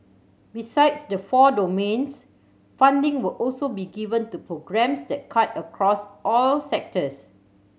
besides the four domains funding will also be given to programmes that cut across all sectors